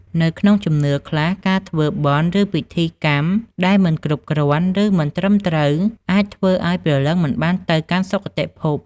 នៅក្នុងជំនឿខ្លះ ការធ្វើបុណ្យ ឬពិធីកម្មដែលមិនគ្រប់គ្រាន់ ឬមិនត្រឹមត្រូវអាចធ្វើឱ្យព្រលឹងមិនបានទៅកាន់សុគតិភព។